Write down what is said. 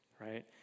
right